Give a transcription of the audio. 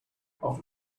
after